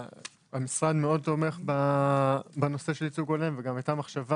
המשרד מאוד תומך בנושא של ייצוג הולם והייתה מחשבה,